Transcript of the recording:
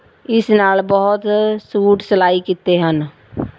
ਇਸ ਨਾਲ ਬਹੁਤ ਸੂਟ ਸਿਲਾਈ ਕੀਤੇ ਹਨ